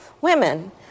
women